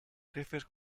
jefes